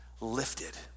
lifted